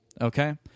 okay